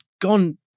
gone